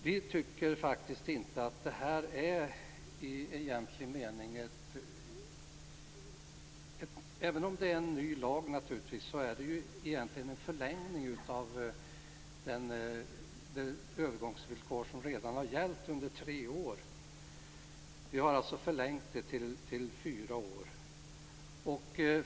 Vi tycker faktiskt att det här, även om det naturligtvis är en ny lag, egentligen är en förlängning av de övergångsvillkor som redan har gällt under tre år. Vi har förlängt till fyra år.